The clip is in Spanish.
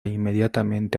inmediatamente